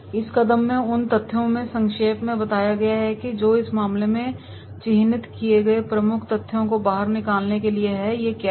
इस कदम से उन तथ्यों को संक्षेप में बताया जाएगा जो इस मामले में चिह्नित किए गए प्रमुख तथ्यों को बाहर निकालने के लिए हैं ये क्या हैं